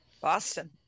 Boston